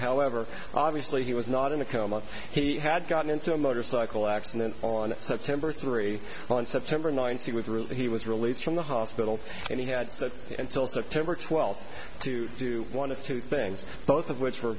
however obviously he was not in a coma he had gotten into a motorcycle accident on september three on september ninth he with route he was released from the hospital and he had that until september twelfth to do one of two things both of which were